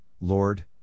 Lord